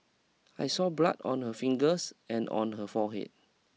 I saw blood on her fingers and on her forehead